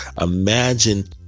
imagine